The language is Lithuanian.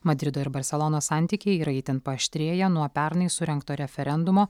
madrido ir barselonos santykiai yra itin paaštrėję nuo pernai surengto referendumo